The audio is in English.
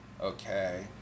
Okay